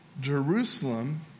Jerusalem